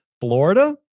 Florida